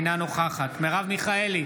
אינה נוכחת מרב מיכאלי,